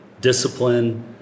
discipline